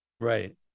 Right